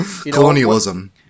Colonialism